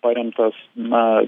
paremtas na